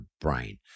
brain